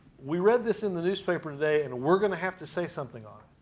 we read this in the newspaper day and we're going to have to say something on